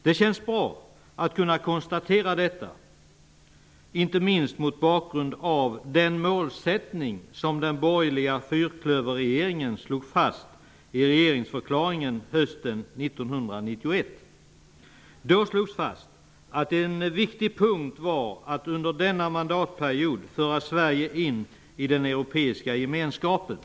Det känns bra att kunna konstatera detta, inte minst mot bakgrund av den målsättning som den borgerliga fyrklöverregeringen slog fast i regeringsförklaringen hösten 1991. Då slogs fast att en viktig punkt under denna mandatperiod var att föra Sverige in i den europeiska gemenskapen.